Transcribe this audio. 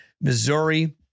Missouri